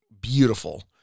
beautiful